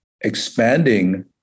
expanding